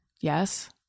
Yes